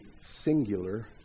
singular